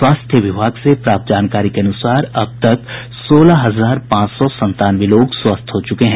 स्वास्थ्य विभाग से प्राप्त जानकारी के अनुसार अब तक सोलह हजार पांच सौ संतानवे लोग स्वस्थ हो चुके हैं